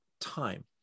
time